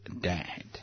dad